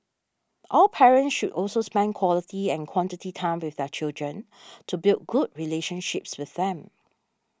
all parents should also spend quality and quantity time with their children to build good relationships with them